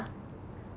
ya